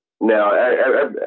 Now